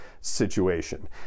situation